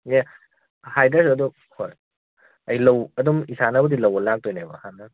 ꯑꯦ ꯍꯥꯏꯗ꯭ꯔꯁꯨ ꯑꯗꯨꯝ ꯍꯣꯏ ꯑꯩ ꯂꯧ ꯑꯗꯨꯝ ꯏꯁꯥꯅꯕꯨꯗꯤ ꯂꯧꯕ ꯂꯥꯛꯇꯣꯏꯅꯦꯕ ꯍꯥꯟꯅ